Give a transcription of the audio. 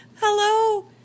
Hello